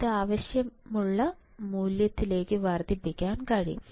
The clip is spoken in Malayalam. ഇത് ആവശ്യമുള്ള മൂല്യത്തിലേക്ക് വർദ്ധിപ്പിക്കാൻ കഴിയും